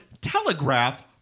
telegraph